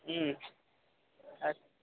আট